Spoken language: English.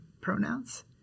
pronouns